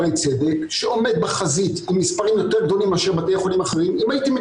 להצעת החוק, אני לא